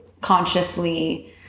consciously